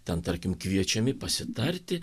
ten tarkim kviečiami pasitarti